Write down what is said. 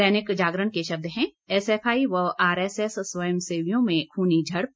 दैनिक जागरण के शब्द हैं एसएफआई व आरएसएस स्वयंसेवियों में खुनी झड़प